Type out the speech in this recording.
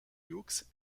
hughes